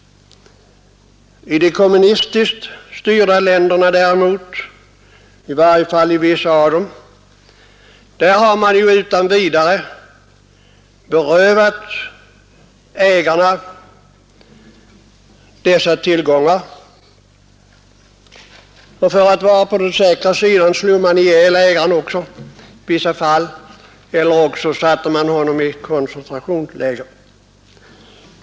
I de kommunistiskt styrda länderna däremot, i varje fall i vissa av dem, har man utan vidare berövat ägarna dessa tillgångar, och för att vara på den säkra sidan slog man i vissa fall ihjäl ägaren eller också satte man honom i koncentrationsläger.